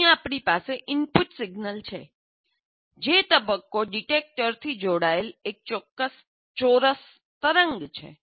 અહીં આપણી પાસે ઇનપુટ સિગ્નલ છે જે તબક્કો ડિટેક્ટરથી જોડાયેલ એક ચોરસ તરંગ છે